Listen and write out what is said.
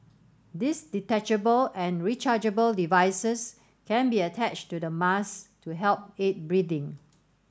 these detachable and rechargeable devices can be attached to the mask to help aid breathing